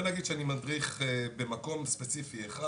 נגיד שאני מדריך במקום ספציפי אחד,